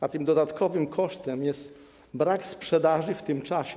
A tym dodatkowym kosztem jest brak sprzedaży w tym czasie.